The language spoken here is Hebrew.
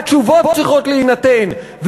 התשובות צריכות להינתן,